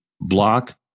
block